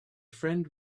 friend